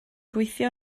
gweithio